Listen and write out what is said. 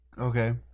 Okay